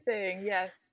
yes